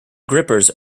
grippers